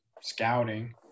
scouting